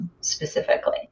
specifically